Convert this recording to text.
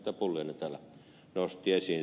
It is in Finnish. pulliainen täällä nosti esiin